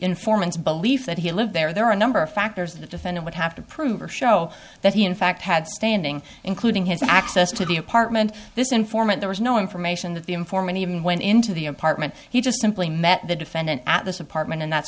informant's belief that he lived there there are a number of factors the defendant would have to prove or show that he in fact had standing including his access to the apartment this informant there was no information that the informant even went into the apartment he just simply met the defendant at this apartment and that's